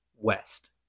West